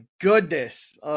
goodness